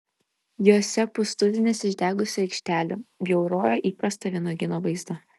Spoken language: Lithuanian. jose pustuzinis išdegusių aikštelių bjaurojo įprastą vynuogyno vaizdą